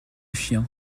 chien